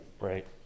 Right